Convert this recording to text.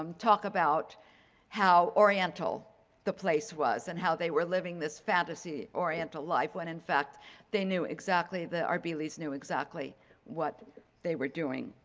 um talk about how oriental the place was and how they were living this fantasy oriental life when in fact they knew exactly, the arbeelys' knew exactly what they were doing.